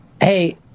Hey